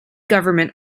government